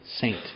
saint